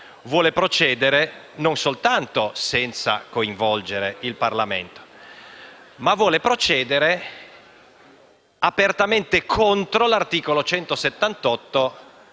vuole procedere non soltanto senza coinvolgere il Parlamento, ma addirittura apertamente contro l'articolo 178